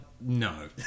no